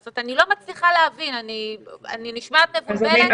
אני לא מצליחה להבין.